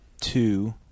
two